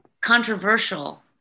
controversial